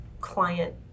client